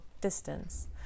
distance